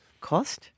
Cost